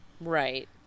Right